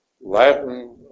Latin